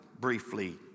briefly